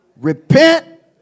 Repent